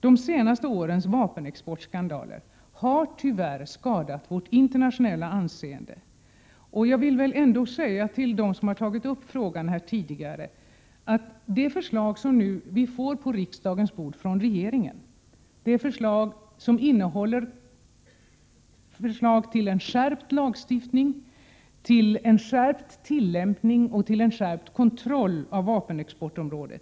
De senaste årens vapenexportskandaler har tyvärr skadat vårt internationella anseende, och jag vill säga till dem som tagit upp frågan här tidigare att de förslag vi nu får på riksdagens bord från regeringen innehåller förslag till skärpt lagstiftning, skärpt tillämpning och skärpt kontroll på vapenexportområdet.